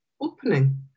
opening